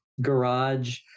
garage